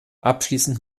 abschließend